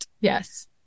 Yes